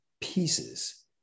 pieces